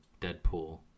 deadpool